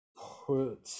Put